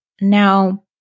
Now